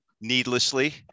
needlessly